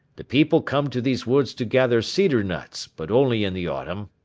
the people come to these woods to gather cedar nuts but only in the autumn.